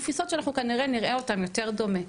הן תפיסות שאנחנו כנראה נראה אותן יותר דומה.